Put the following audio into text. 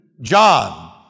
John